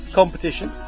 competition